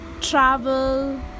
travel